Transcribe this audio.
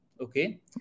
Okay